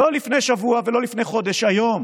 לא לפני שבוע, לא לפני חודש, היום